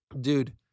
Dude